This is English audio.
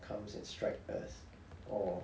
comes and strike us or